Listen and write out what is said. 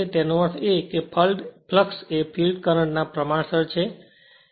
તેનો અર્થ એ કે ફ્લક્ષ એ ફિલ્ડ કરંટ ના પ્રમાણસર છે